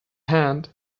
hand